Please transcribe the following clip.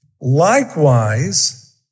likewise